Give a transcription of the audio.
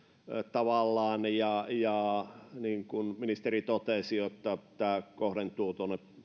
tavallaan ja ja niin kuin ministeri totesi se että tämä kohdentuu